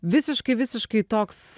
visiškai visiškai toks